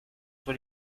sur